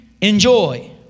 enjoy